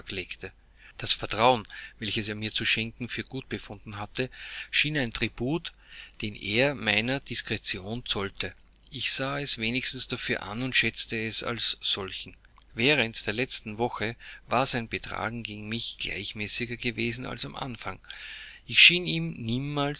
das vertrauen welches er mir zu schenken für gut befunden hatte schien ein tribut den er meiner diskretion zollte ich sah es wenigstens dafür an und schätzte es als solchen während der letzten wochen war sein betragen gegen mich gleichmäßiger gewesen als im anfang ich schien ihm niemals